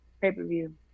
pay-per-view